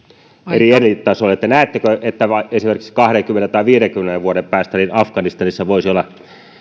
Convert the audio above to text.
eri elintasolle näettekö että esimerkiksi kaksikymmentä tai viidenkymmenen vuoden päästä afganistanissa voisi olla